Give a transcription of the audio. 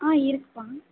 ஆ இருக்குதுப்பா